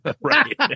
Right